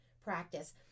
practice